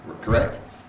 Correct